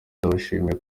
ndabashimiye